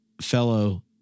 fellow